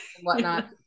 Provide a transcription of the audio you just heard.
whatnot